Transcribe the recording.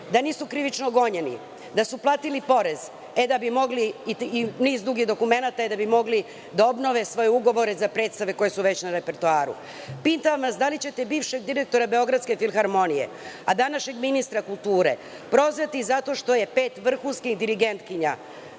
da nisu krivično gonjeni, da su platili porez i niz drugih dokumenata, da bi mogli da obnove svoje ugovore za predstave koje su već na repertoaru? Pitam vas – da li ćete bivšeg direktora Beogradske filharmonije, a današnjeg ministra kulture, prozvati zato što je pet vrhunskih dirigentkinja